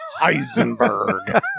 Heisenberg